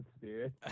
spirit